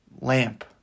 lamp